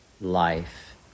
life